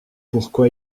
pourquoi